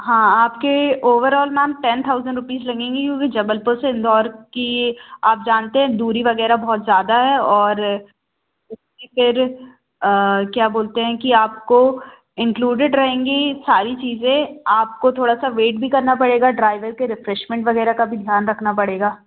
हाँ आपके overall ma'am ten thousand rupees लगेंगे क्योंकि जबलपुर से इंदौर की आप जानते हैं दूरी वगैरह बहुत ज़्यादा है और फिर क्या बोलते हैं कि आपको इंक्लूडिड रहेंगी सारी चीज़ें आपको थोड़ा सा वेट भी करना पड़ेगा ड्राइवर के रिफ्रेशमेंट वगैरह का भी ध्यान रखना पड़ेगा